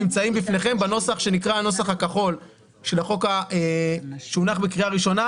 נמצאות בפניכם בנוסח שנקרא הנוסח הכחול של החוק שהונח בקריאה ראשונה,